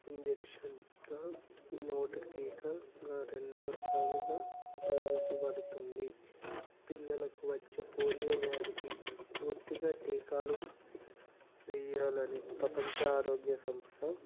ఇంజక్షన్గా నోటి టీకా ఆ రెండు రకాలుగా ఉపయోగించబడుతుంది పిల్లలకు వచ్చే పోలియో వ్యాధికి పూర్తిగా టీకాలు వేయాలని ప్రపంచ ఆరోగ్య సంస్థ